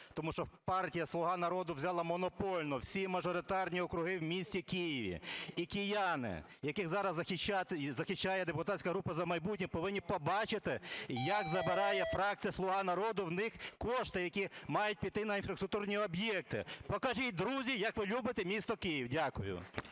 тому що партія "Слуга народу" взяла монопольно всі мажоритарні округи в місті Києві. І кияни, яких зараз захищає депутатська група "За майбутнє", повинні побачити, як забирає фракція "Слуга народу" в них кошти, які мають піти на інфраструктурні об'єкти. Покажіть, друзі, як ви любите місто Київ. Дякую.